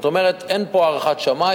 זאת אומרת, אין פה הערכת שמאי,